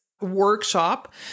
workshop